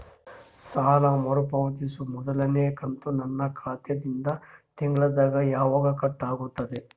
ಸಾಲಾ ಮರು ಪಾವತಿಸುವ ಮೊದಲನೇ ಕಂತ ನನ್ನ ಖಾತಾ ದಿಂದ ತಿಂಗಳದಾಗ ಯವಾಗ ಕಟ್ ಆಗತದ?